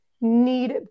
need